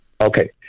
Okay